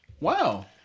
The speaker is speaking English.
Wow